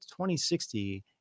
2060